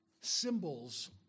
symbols